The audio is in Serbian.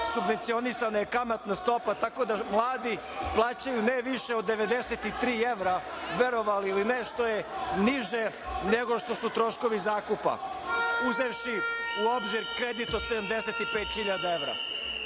subvencionisana je kamatna stopa tako da mladi plaćaju ne više od 93 evra, verovali ili ne, što je niže nego što su troškovi zakupa uzevši u obzir kredit od 75.000 evra.